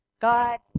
God